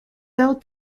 bell